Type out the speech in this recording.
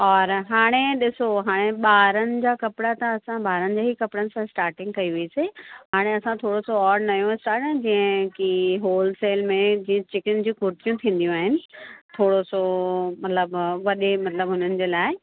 और हाणे ॾिसो हाणे ॿारनि जा कपिड़ा त ॿारनि जे ई कपिड़नि सां स्टाटिंग कई हुईसीं हाणे असां थोरो सो और नयों आहे जीअं कि हॉलसेल में जीअं चिकन जीअं कुर्तियूं थींदियूं आहिनि थोरो सो मतिलबु वॾे मतिलबु उन्हनि जे लाइ